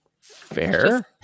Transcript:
Fair